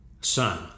Son